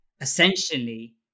essentially